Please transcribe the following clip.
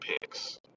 picks